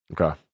Okay